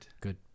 Good